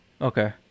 Okay